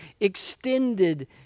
extended